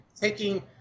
taking